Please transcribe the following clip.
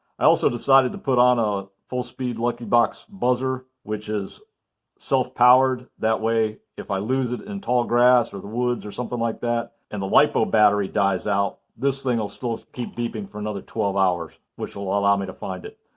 i also decided to put on a full speed lucky box buzzer which is self-powered. that way, if i lose it in tall grass or the woods or something like that and the lipo battery dies out this thing will still keep beeping for another twelve hours which will ah allow me to find it.